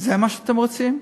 זה מה שאתם רוצים?